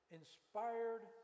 inspired